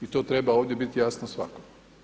I to treba ovdje biti jasno svakom.